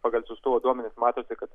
pagal siųstuvo duomenis matosi kad